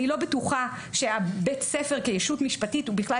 אני לא בטוחה שבית הספר כישות משפטית הוא בכלל